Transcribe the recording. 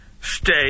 stay